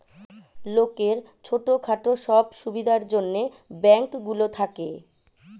লোকের ছোট খাটো সব সুবিধার জন্যে ব্যাঙ্ক গুলো থাকে